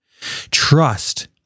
Trust